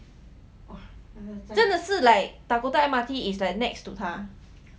真的是 like dakota M_R_T is like next to 他